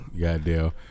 Goddamn